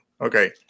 Okay